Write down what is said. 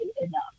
enough